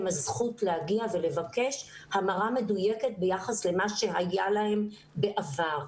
הזכות להגיע ולבקש המרה מדויקת ביחס למה שהיה להם בעבר.